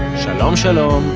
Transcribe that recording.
shalom shalom